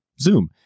Zoom